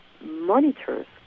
monitors